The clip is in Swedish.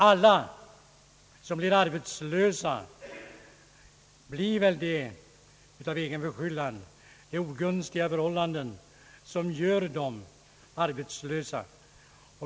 Alla som blir arbetslösa blir det väl utan egen förskyllan. Det är ogunstiga förhållanden som gör dem arbetslösa.